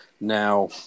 Now